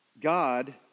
god